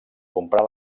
comprà